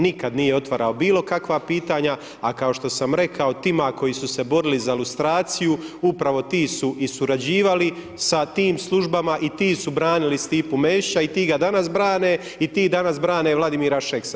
Nikad nije otvarao bilo kakva pitanja, a kao što sam rekao tima koji su se borili za lustraciju upravo ti su i surađivali sa tim službama i ti su branili Stipu Mesića i ti ga danas brane i ti danas brane Vladimir Šeksa.